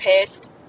pissed